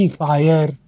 fire